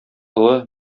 олы